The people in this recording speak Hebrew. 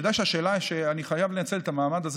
אני יודע שאני חייב לנצל את המעמד הזה